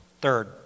Third